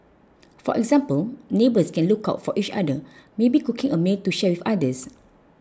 for example neighbours can look out for each other maybe cooking a meal to share with others